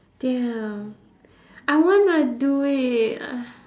ya I want to do it uh